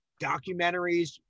Documentaries